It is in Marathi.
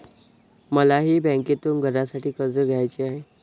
मलाही बँकेतून घरासाठी कर्ज घ्यायचे आहे